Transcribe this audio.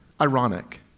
ironic